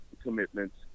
commitments